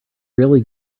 really